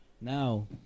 now